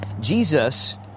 Jesus